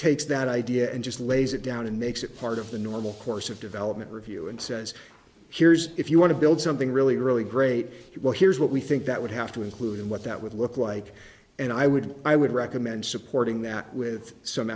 takes that idea and just lays it down and makes it part of the normal course of development review and says here's if you want to build something really really great it well here's what we think that would have to include and what that would look like and i would i would recommend supporting that with some